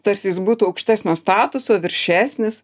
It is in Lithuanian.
tarsi jis būtų aukštesnio statuso viršesnis